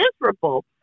miserable